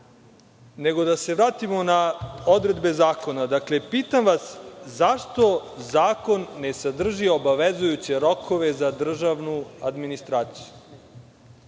da se vratimo na odredbe zakona. Pitam vas - zašto zakon ne sadrži obavezujuće rokove za državnu administraciju?